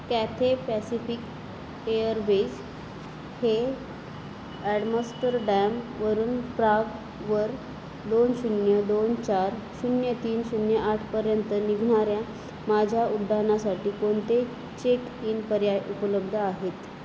Cathay Pacific Airways हे ॲडमस्टरडॅमवरून प्रागवर दोन शून्य दोन चार शून्य तीन शून्य आठपर्यंत निघणाऱ्या माझ्या उड्डाणासाठी कोणते चेक इन पर्याय उपलब्ध आहेत